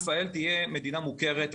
שישראל תהיה מדינה מוכרת.